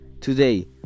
today